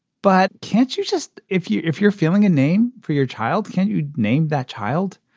but can't you just if you if you're feeling a name for your child, can you name that child?